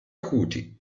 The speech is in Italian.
acuti